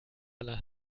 aller